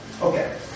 Okay